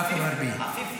עפיף, עפיף.